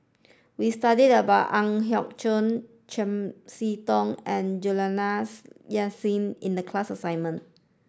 we studied about Ang Hiong Chiok Chiam See Tong and Juliana Yasin in the class assignment